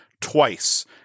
twice